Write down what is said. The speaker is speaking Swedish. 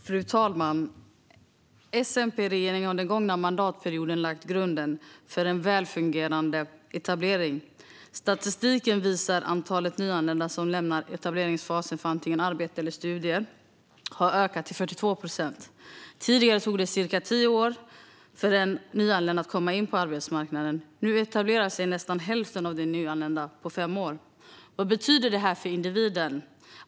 Fru talman! S-MP-regeringen har den gångna mandatperioden lagt grunden för en välfungerande etablering. Statistiken visar att antalet nyanlända som lämnar etableringsfasen för antingen arbete eller studier har ökat till 42 procent. Tidigare tog det cirka tio år för en nyanländ att komma in på arbetsmarknaden. Nu etablerar sig nästan hälften av de nyanlända på fem år. Vad betyder det här för individen?